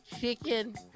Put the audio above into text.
chicken